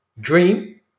dream